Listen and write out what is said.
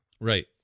Right